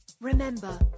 Remember